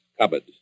cupboard